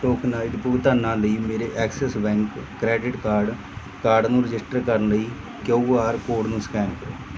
tokenised ਭੁਗਤਾਨਾਂ ਲਈ ਮੇਰੇ Axis Bank credit card card ਨੂੰ ਰਜਿਸਟਰ ਕਰਨ ਲਈ ਕਿਆਊ ਆਰ ਕੋਡ ਨੂੰ ਸਕੈਨ ਕਰੋ